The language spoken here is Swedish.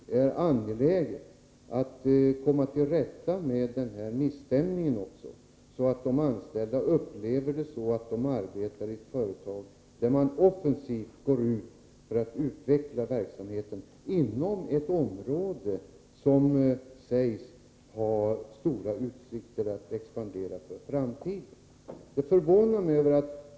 Det är angeläget att man kommer till rätta med förhållandena också när det gäller misstämningen, så att de anställda upplever det så, att de arbetar i ett företag som offensivt går in för att utveckla verksamheten inom ett område där det, enligt vad som sägs, finns stora utsikter att expandera för framtiden.